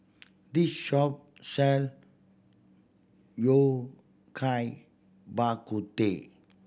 this shop sell Yao Cai Bak Kut Teh